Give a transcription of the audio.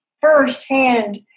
firsthand